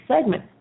segment